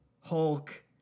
Hulk